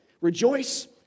Rejoice